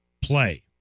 play